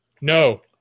No